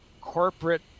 corporate